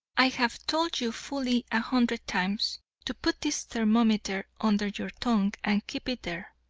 i have told you fully a hundred times to put this thermometer under your tongue and keep it there,